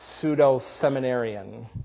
pseudo-seminarian